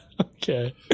okay